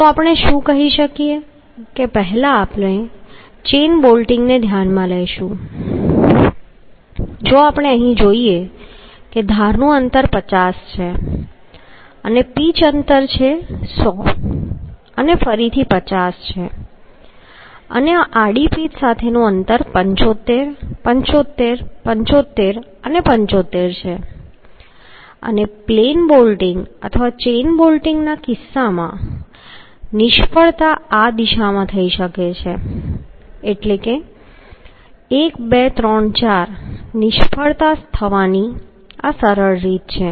તો આપણે શું કહી શકીએ કે પહેલા આપણે ચેઈન બોલ્ટિંગને ધ્યાનમાં લઈશું જો આપણે અહીં જોઈએ કે ધારનું અંતર 50 છે અને પિચ છે અંતર 100 છે અને ફરીથી 50 છે અને આ આડી સાથે પીચનું અંતર 75 75 75 75 છે અને પ્લેન બોલ્ટિંગ અથવા ચેઇન બોલ્ટિંગના કિસ્સામાં નિષ્ફળતા આ દિશામાં થઈ શકે છે એટલે કે 1 2 3 4 નિષ્ફળતા થવાની આ સરળ રીત છે